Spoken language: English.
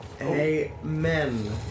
Amen